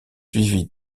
suivi